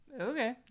Okay